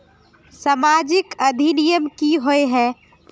सामाजिक अधिनियम की होय है?